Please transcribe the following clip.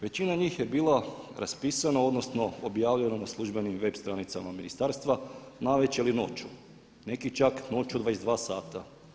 Većina njih je bilo raspisano odnosno objavljeno na službenim web stranicama ministarstva navečer ili noću, neki čak noću u 22 sata.